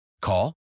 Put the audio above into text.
Call